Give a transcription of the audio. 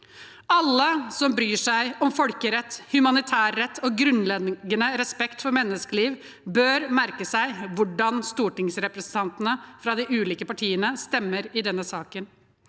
Alle som bryr seg om folkerett, humanitærrett og grunnleggende respekt for menneskeliv, bør merke seg hvordan stortingsrepresentantene fra de ulike partiene stemmer i denne saken.